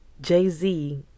Jay-Z